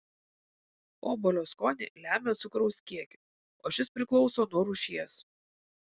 obuolio skonį lemia cukraus kiekis o šis priklauso nuo rūšies